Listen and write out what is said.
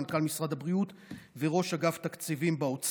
מנכ"ל משרד הבריאות וראש אגף התקציבים במשרד האוצר.